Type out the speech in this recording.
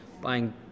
buying